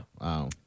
Wow